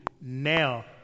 now